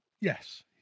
Yes